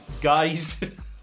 guys